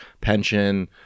pension